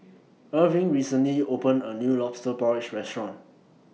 Erving recently opened A New Lobster Porridge Restaurant